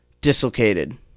dislocated